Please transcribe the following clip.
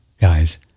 guys